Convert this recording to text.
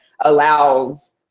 allows